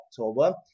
October